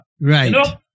Right